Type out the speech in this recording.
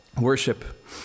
worship